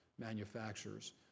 manufacturers